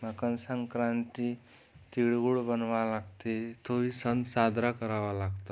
मकन संक्रांती तिळगुळ बनवाय लागते तो ही सन सादरा करावा लागतात